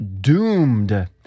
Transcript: doomed